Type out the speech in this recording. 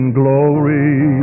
glory